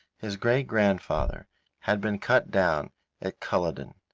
his great-grandfather had been cut down at culloden,